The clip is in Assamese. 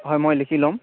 হয় মই লিখি ল'ম